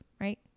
right